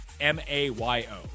m-a-y-o